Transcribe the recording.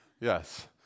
Yes